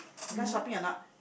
you like shopping or not